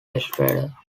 estrada